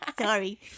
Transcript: Sorry